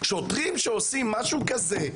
שוטרים שעושים משהו כזה,